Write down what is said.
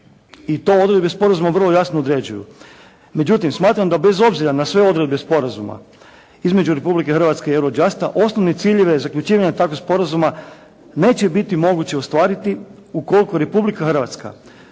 i to odredbe sporazuma vrlo jasno određuju. Međutim, smatram da bez obzira na sve odredbe sporazuma između Republike Hrvatske i Eurojusta osnovne ciljeve zaključivanja takvog sporazuma neće biti moguće ostvariti ukoliko Republika Hrvatska